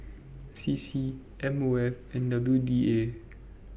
C C M O F and W D A